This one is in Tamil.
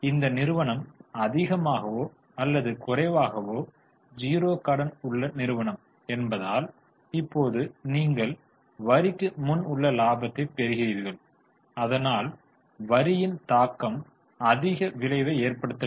இந்த நிறுவனம் அதிகமாகவோ அல்லது குறைவாகவோ 0 கடன் உள்ள நிறுவனம் என்பதால் இப்போது நீங்கள் வரிக்கு முன் உள்ள லாபத்தை பெறுகிறீர்கள் அதனால் வரியின் தாக்கம் அதிக விளைவை ஏற்படுத்தவில்லை